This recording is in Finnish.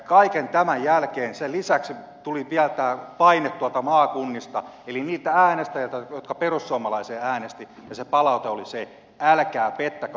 kaiken tämän jälkeen sen lisäksi tuli vielä paine tuolta maakunnista eli niiltä äänestäjiltä jotka perussuomalaisia äänestivät ja se palaute oli se että älkää pettäkö lupauksianne